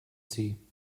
sie